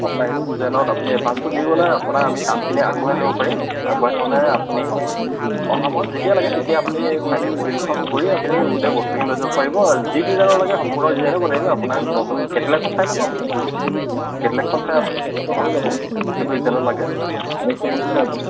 আপোনাৰ সেইটো ডিজাইনত আপুনি এডভাঞ্চটো দি গ'লে আপোনাৰ আমি কামখিনি আগবঢ়াই থ'ব পাৰিম আগবঢ়াই থ'লে আপুনি অহা মাহত যেতিয়া লাগে তেতিয়া আপুনি ফাইনেল বিলখন কৰি আপুনি গোটেই বস্তুখিনি লৈ যাব পাৰিব যি ডিজাইনৰ লাগে সম্পূৰ্ণ ডিজাইনৰ বনাই দিম আপোনাক নতুন কেটলেকখন চাই ল'ব আপুনি কেটলেকখন চাই আপুনি পচন্দ কৰি ল'ব সেইটো ডিজাইনত লাগে বস্তুটো